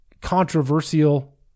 controversial